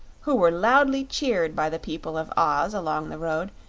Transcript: who were loudly cheered by the people of oz along the road,